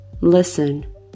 listen